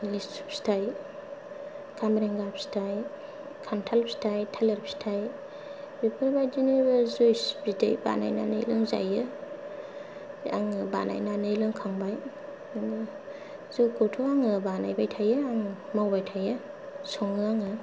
लिसु फिथाइ खामब्रेंगा फिथाइ खान्थाल फिथाइ थालिर फिथाइ बेफोरबायदिनो जुइस बानायनानै लोंजायो आङो बानायनानै लोंखांबाय जौखौथ' आङो बानायबाय थायो आं मावबाय थायो सङो आङो